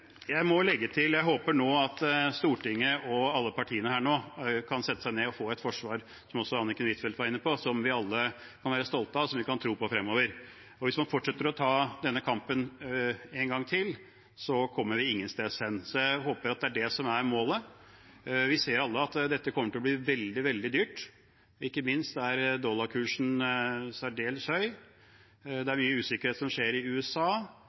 håper Stortinget og alle partiene her nå kan sette seg ned og få et forsvar som vi alle kan være stolte av og tro på fremover, som også Anniken Huitfeldt var inne på. Hvis man fortsetter å ta denne kampen en gang til, kommer vi ingen steds hen. Jeg håper det er det som er målet. Vi ser alle at dette kommer til å bli veldig, veldig dyrt, ikke minst er dollarkursen særdeles høy. Det er mye usikkerhet i USA,